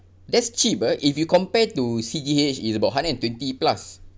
that's cheap ah if you compare to C_G_H it's about hundred and twenty plus